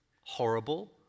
horrible